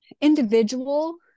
individual